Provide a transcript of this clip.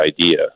idea